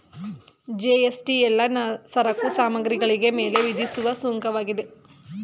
GST ಎಲ್ಲಾ ಸರಕು ಸಾಮಗ್ರಿಗಳಿಗೆ ಮೇಲೆ ವಿಧಿಸುವ ಸುಂಕವಾಗಿದೆ